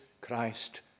Christ